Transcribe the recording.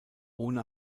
ohne